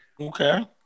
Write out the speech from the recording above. Okay